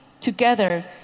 together